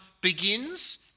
begins